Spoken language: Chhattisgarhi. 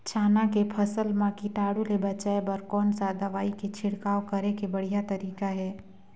चाना के फसल मा कीटाणु ले बचाय बर कोन सा दवाई के छिड़काव करे के बढ़िया तरीका हे?